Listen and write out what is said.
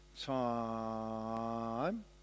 Time